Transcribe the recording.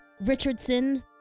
Richardson